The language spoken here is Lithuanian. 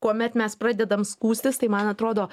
kuomet mes pradedam skųstis tai man atrodo